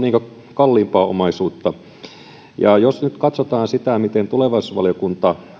kalliimpaa omaisuutta jos nyt katsotaan sitä miten tulevaisuusvaliokunta